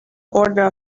order